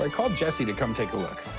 like called jesse to come take a look.